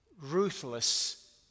ruthless